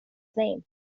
name